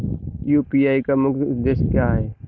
UPI का मुख्य उद्देश्य क्या है?